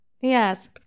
yes